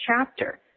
chapter